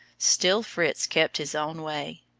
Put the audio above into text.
still fritz kept his own way.